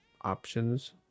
options